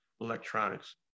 electronics